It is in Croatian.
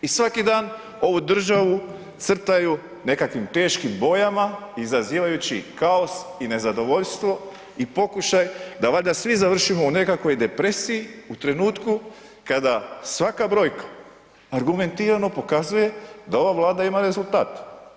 I svaki dan ovu državu crtaju nekakvim teškim bojama izazivajući kaos i nezadovoljstvo i pokušaj da valjda svi završimo u nekakvoj depresiji u trenutku kada svaka brojka argumentirano pokazuje da ova Vlada ima rezultat.